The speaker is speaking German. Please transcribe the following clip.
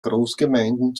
großgemeinden